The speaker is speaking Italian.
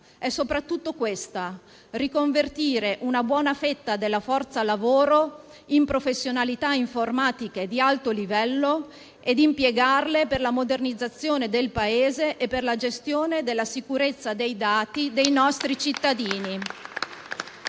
ovvero quella di riconvertire una buona fetta della forza lavoro in professionalità informatiche di alto livello e di impiegarle per la modernizzazione del Paese e per la gestione della sicurezza dei dati dei nostri cittadini.